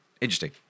interesting